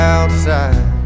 Outside